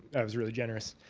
that was really generous.